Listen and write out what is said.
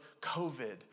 COVID